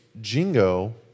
Jingo